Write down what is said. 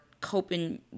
coping